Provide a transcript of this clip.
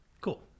Cool